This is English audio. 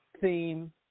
theme